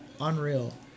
Unreal